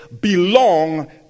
belong